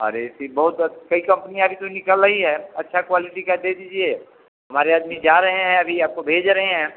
और ऐसी बहुत कई कंपनियाँ भी तो निकल रही हैं अच्छा क्वालिटी का दे दीजिए हमारे आदमी जा रहे हैं अभी आपको भेज रहे हैं